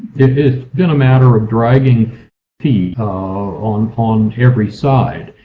it's been a matter of dragging feet on on every side.